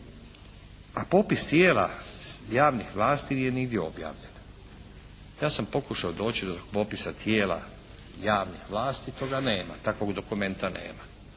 A popis tijela javnih vlasti nije nigdje objavljen. Ja sam pokušao doći do popisa tijela javnih vlasti. Toga nema. Takvog dokumenta nema.